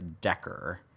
Decker